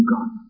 God